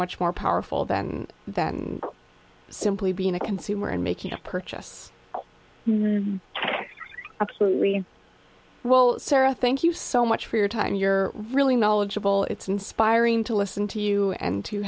much more powerful than that simply being a consumer and making a purchase absolutely well sara thank you so much for your time you're really knowledgeable it's inspiring to listen to you and to